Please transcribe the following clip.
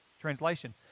translation